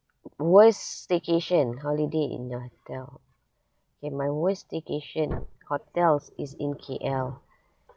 worst staycation holiday in the hotel K my worst staycation hotels is in K_L